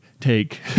take